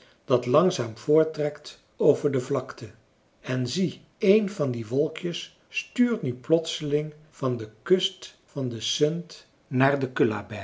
dat langzaam voorttrekt over de vlakte en zie een van die wolkjes stuurt nu plotseling van de kust van de sund naar